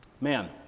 Man